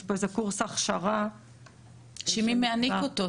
יש פה איזה קורס הכשרה --- שמי מעניק אותו?